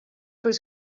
was